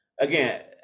again